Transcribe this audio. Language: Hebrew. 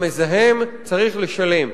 המזהם צריך לשלם.